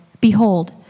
behold